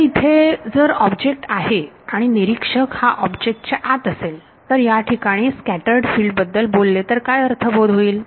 आता इथे जर ऑब्जेक्ट आहे आणि निरीक्षक हा ऑब्जेक्ट च्या आत असेल तर याठिकाणी स्कॅटर्ड फिल्ड बद्दल बोलले तर काय अर्थबोध होईल